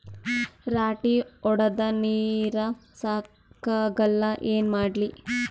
ರಾಟಿ ಹೊಡದ ನೀರ ಸಾಕಾಗಲ್ಲ ಏನ ಮಾಡ್ಲಿ?